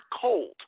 cold